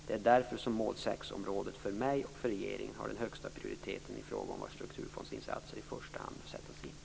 Det är därför som mål 6-området för mig och för regeringen har den högsta prioriteten i fråga om var strukturfondsinsatser i första hand bör sättas in.